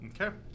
Okay